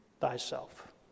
thyself